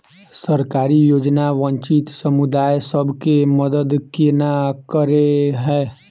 सरकारी योजना वंचित समुदाय सब केँ मदद केना करे है?